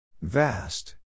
Vast